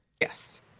Yes